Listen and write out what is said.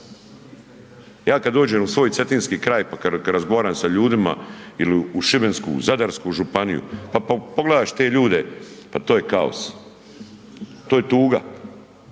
Ja kada dođem u svoj Cetinski kraj kada razgovaram sa ljutima ili u Šibensku, Zadarsku županiju pa kada pogledaš te ljude pa to je kaos, to je tuga.